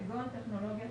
כגון טכנולוגיית